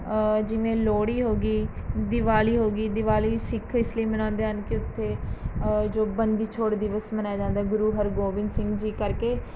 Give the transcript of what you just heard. ਜਿਵੇਂ ਲੋਹੜੀ ਹੋ ਗਈ ਦੀਵਾਲੀ ਹੋ ਗਈ ਦੀਵਾਲੀ ਸਿੱਖ ਇਸ ਲਈ ਮਨਾਉਂਦੇ ਹਨ ਕਿ ਉੱਥੇ ਜੋ ਬੰਦੀ ਛੋੜ ਦਿਵਸ ਮਨਾਇਆ ਜਾਂਦਾ ਗੁਰੂ ਹਰਗੋਬਿੰਦ ਸਿੰਘ ਜੀ ਕਰਕੇ